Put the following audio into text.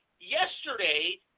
yesterday